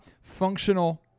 functional